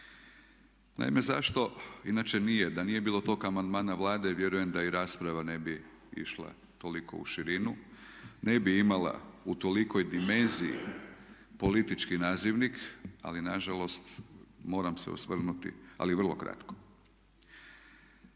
Naime, zašto? Inače nije, da nije bilo tog amandmana Vlade vjerujem da i rasprava ne bi išla toliko u širinu, ne bi imala u tolikoj dimenziji politički nazivnik ali nažalost moram se osvrnuti, ali vrlo kratko.